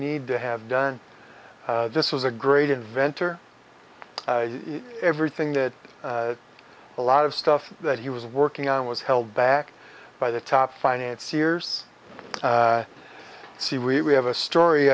need to have done this was a great inventor everything that a lot of stuff that he was working on was held back by the top finance years see we have a story